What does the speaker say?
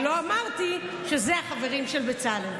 כי לא אמרתי שאלה החברים של בצלאל.